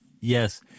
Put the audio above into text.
Yes